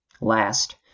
Last